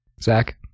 Zach